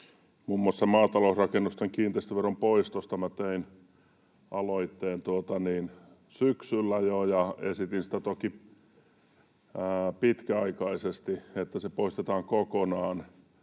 Muun muassa maatalousrakennusten kiinteistöveron poistosta tein aloitteen syksyllä jo ja esitin sitä toki pitkäaikaiseksi, eli että se poistetaan kokonaan.